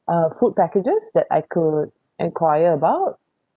uh food packages that I could enquire about